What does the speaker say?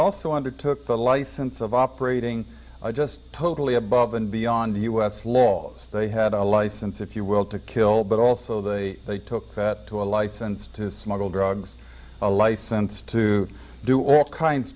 also undertook the license of operating just totally above and beyond the u s laws they had a license if you will to kill but also they they took that to a license to smuggle drugs a license to do all kinds